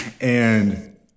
And-